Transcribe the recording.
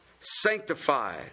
sanctified